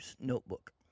notebook